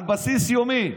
על בסיס יומי.